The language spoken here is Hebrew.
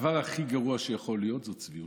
הדבר הכי גרוע שיכול להיות זה צביעות.